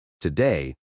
Today